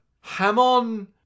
Hamon